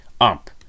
up